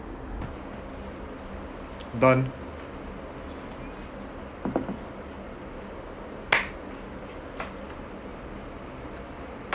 done